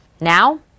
Now